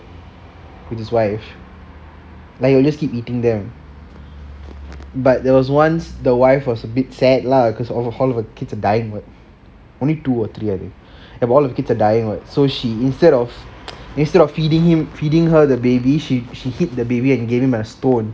with his wife like he will just keep eating them but there was once the wife was a bit sad lah because all of her kids were dying only two or three I think so all her kids were dying [what] so she instead of instead of feeding him feeding her the baby she she hid the baby and gave him a stone